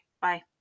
Bye